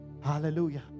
Hallelujah